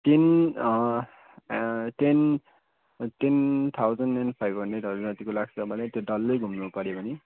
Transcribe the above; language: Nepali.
तिन ten ten thousand and five हन्ड्रेडहरू जतिको लाग्छ भने त्यो डल्लै घुम्नु पऱ्यो भने